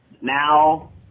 now